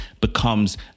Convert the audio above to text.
becomes